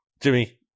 Jimmy